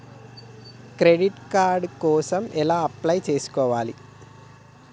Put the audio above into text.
Credit card కోసం ఎలా apply చేసుకోవాలి?